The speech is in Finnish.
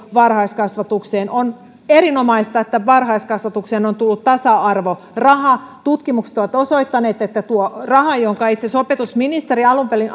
varhaiskasvatukseen on erinomaista että varhaiskasvatukseen on tullut tasa arvo tutkimukset ovat osoittaneet että tuo raha jonka itse asiassa opetusministerinä alun perin